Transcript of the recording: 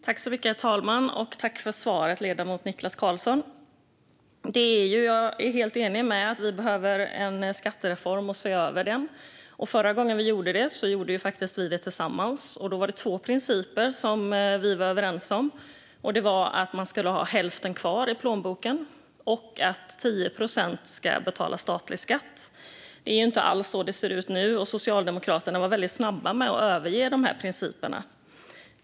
Herr talman! Jag tackar ledamoten Niklas Karlsson för svaret. Jag är helt enig med ledamoten om att vi behöver en skattereform och se över skattesystemet. Förra gången vi gjorde det gjorde vi det faktiskt tillsammans. Då var det två principer som vi var överens om: att man skulle ha hälften kvar i plånboken och att 10 procent ska betala statlig skatt. Det är inte alls så det ser ut nu, och Socialdemokraterna var väldigt snabba med att överge dessa principer.